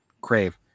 Crave